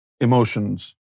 emotions